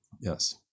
Yes